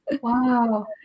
Wow